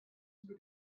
über